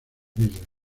videos